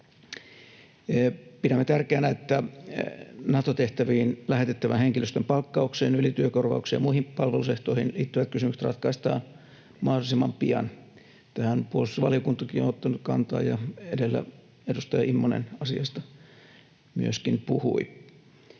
Pidämme tärkeänä, että Nato-tehtäviin lähetettävän henkilöstön palkkaukseen, ylityökorvaukseen ja muihin palvelusehtoihin liittyvät kysymykset ratkaistaan mahdollisimman pian. Tähän puolustusvaliokuntakin on ottanut kantaa, ja edellä edustaja Immonen asiasta myöskin puhui.